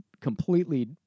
completely